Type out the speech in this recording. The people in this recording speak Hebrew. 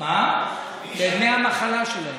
זה מדמי המחלה שלהם.